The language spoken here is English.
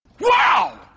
Wow